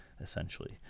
essentially